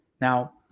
Now